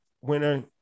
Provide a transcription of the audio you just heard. winner